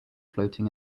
floating